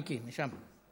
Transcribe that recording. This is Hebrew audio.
מיקי, הבעת דעה משם.